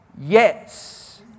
yes